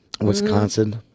Wisconsin